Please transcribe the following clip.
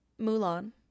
Mulan